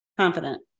confident